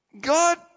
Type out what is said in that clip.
God